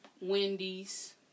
Wendy's